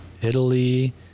Italy